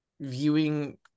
viewing